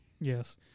Yes